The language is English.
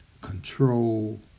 control